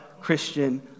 Christian